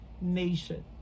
nation